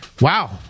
wow